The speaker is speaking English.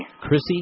Chrissy